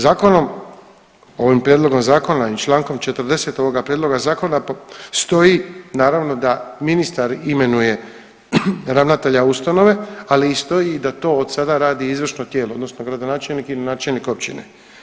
Zakonom, ovim prijedlogom zakona i čl. 40. ovoga prijedloga zakona stoji naravno da ministar imenuje ravnatelja ustanove, ali i stoji da to od sada radi izvršno tijelo odnosno gradonačelnik ili načelnik općine.